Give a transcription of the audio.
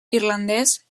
irlandès